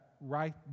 right